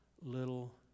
little